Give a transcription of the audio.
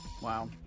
Wow